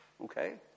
Okay